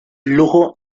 lujo